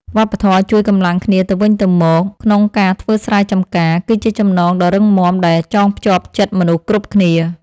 វប្បធម៌ជួយកម្លាំងគ្នាទៅវិញទៅមកក្នុងការធ្វើស្រែចម្ការ គឺជាចំណងដ៏រឹងមាំដែលចងភ្ជាប់ចិត្តមនុស្សគ្រប់គ្នា។